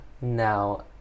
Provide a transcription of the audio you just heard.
Now